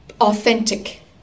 authentic